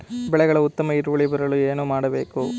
ಬೆಳೆಗಳ ಉತ್ತಮ ಇಳುವರಿ ಬರಲು ಏನು ಮಾಡಬೇಕು?